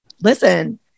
listen